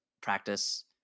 practice